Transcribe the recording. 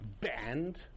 banned